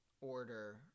order